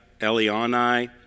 Eliani